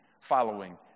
following